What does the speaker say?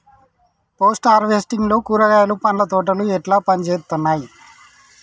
Post harvesting లో కూరగాయలు పండ్ల తోటలు ఎట్లా పనిచేత్తనయ్?